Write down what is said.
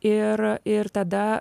ir ir tada